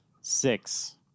Six